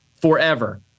forever